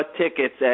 tickets